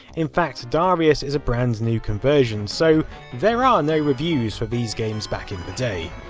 in fact darius is a brand new conversion, so there are no reviews for these games back in the day.